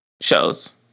shows